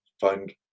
find